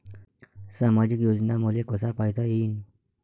सामाजिक योजना मले कसा पायता येईन?